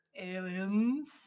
Aliens